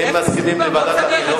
ועדה, ועדה.